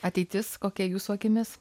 ateitis kokia jūsų akimis